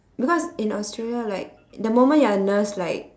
because in australia like the moment you are a nurse like